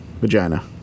vagina